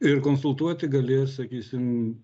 ir konsultuoti galės sakysim